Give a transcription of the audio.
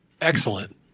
Excellent